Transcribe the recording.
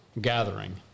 gathering